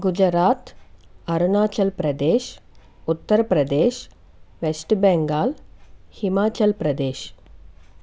Gujarat Arunachal Pradesh Uttar Pradesh West Bengal Himachal Pradesh